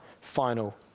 final